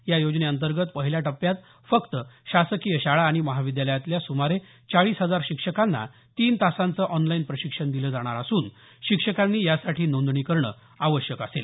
या योजनेअंतर्गत पहिल्या टप्प्यात फक्त शासकीय शाळा आणि महाविद्यालयातल्या सुमारे चाळीस हजार शिक्षकांना तीन तासांचं ऑनलाइन प्रशिक्षण दिलं जाणार असून शिक्षकांनी यासाठी नोंदणी करणं आवश्यक असेल